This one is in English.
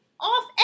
Off